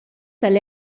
tal